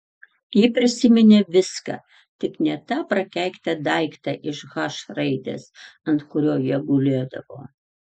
ji prisiminė viską tik ne tą prakeiktą daiktą iš h raidės ant kurio jie gulėdavo